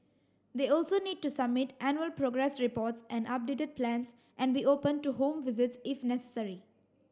they also need to submit annual progress reports and updated plans and be open to home visits if necessary